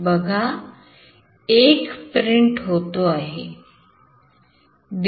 बघा 1 प्रिंट होतो आहे